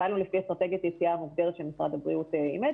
פעלנו לפי אסטרטגיית יציאה מוגדרת שמשרד הבריאות אימץ